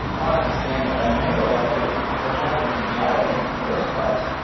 i understand what they mean by that but it happened in jail in the first place.